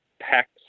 packs